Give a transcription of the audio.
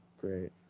great